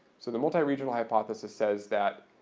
so the multi-regional hypothesis says that,